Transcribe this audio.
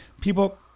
people